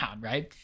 right